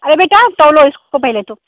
अरे बेटा तौलो इसको पहले तो